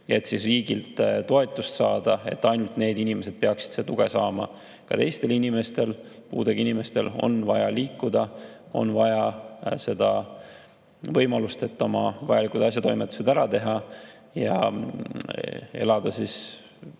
et riigilt toetust saada, et ainult need inimesed peaksid seda tuge saama. Ka teistel puudega inimestel on vaja liikuda, on vaja võimalust, et oma vajalikud asjatoimetused ära teha ja elada sellist